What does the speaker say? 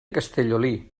castellolí